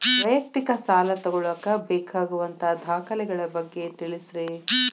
ವೈಯಕ್ತಿಕ ಸಾಲ ತಗೋಳಾಕ ಬೇಕಾಗುವಂಥ ದಾಖಲೆಗಳ ಬಗ್ಗೆ ತಿಳಸ್ರಿ